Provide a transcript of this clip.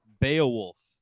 Beowulf